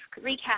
recap